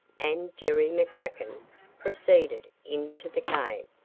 and jerry mccracken proceeded into the cave.